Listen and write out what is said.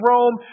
Rome